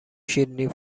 شیرینی